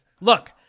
Look